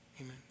Amen